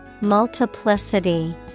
Multiplicity